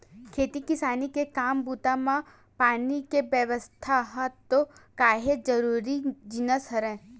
खेती किसानी के काम बूता म पानी के बेवस्था ह तो काहेक जरुरी जिनिस हरय